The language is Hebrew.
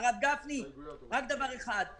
הרב גפני, רק דבר אחד.